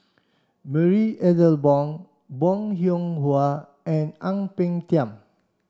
Marie Ethel Bong Bong Hiong Hwa and Ang Peng Tiam